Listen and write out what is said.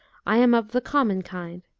i am of the common kind.